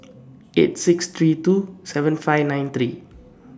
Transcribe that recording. eight six three two seven five nine three